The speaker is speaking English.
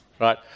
right